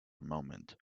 moment